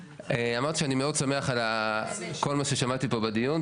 אמרתי שאני מאוד שמח על כל מה ששמעתי פה בדיון,